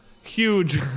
huge